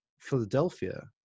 Philadelphia